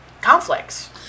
conflicts